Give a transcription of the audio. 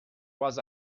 was